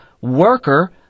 worker